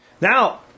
Now